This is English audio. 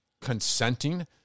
consenting